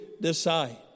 decide